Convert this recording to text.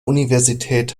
universität